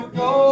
go